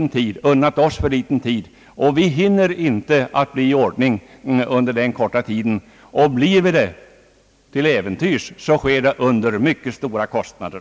Man har unnat oss för liten tid — vi hinner inte bli i ordning under den korta tiden; och blir vi det till äventyrs, sker det under mycket stora kostnader.